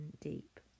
deep